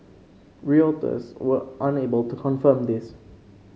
Reuters was unable to confirm this